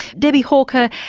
debbie hawker,